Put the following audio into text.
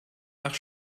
nach